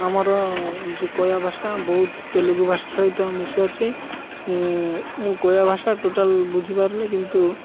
ଆମର ଯେ କୟା ଭାଷା ବହୁତ ତେଲୁଗୁ ଭାଷା ସହିତ ମିଶି ଅଛି ମୁଁ କୟା ଭାଷା ଟୋଟାଲ୍ ବୁଝିପାରୁନି କିନ୍ତୁ